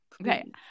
okay